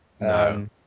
no